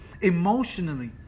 emotionally